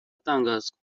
atangazwa